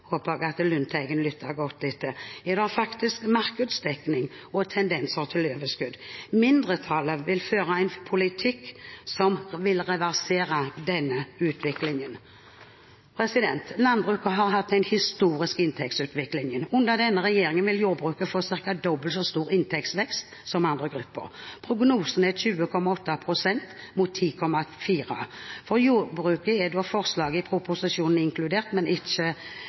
Lundteigen hører godt etter – er det faktisk markedsdekning og tendenser til overskudd. Mindretallet vil føre en politikk som vil reversere denne utviklingen. Landbruket har hatt en historisk inntektsutvikling. Under denne regjeringen vil jordbruket få ca. dobbelt så stor inntektsvekst som andre grupper. Prognosene er 20,8 pst., mot 10,4 pst. For jordbruk er da forslaget i proposisjonen inkludert, men ikke